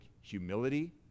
humility